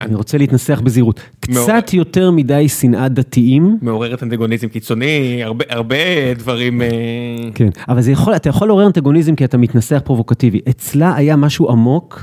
אני רוצה להתנסח בזהירות, קצת יותר מדי שנאת דתיים. מעוררת אנטגוניזם קיצוני, הרבה דברים... כן, אבל אתה יכול לעורר אנטגוניזם כי אתה מתנסח פרובוקטיבי. אצלה היה משהו עמוק.